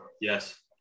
Yes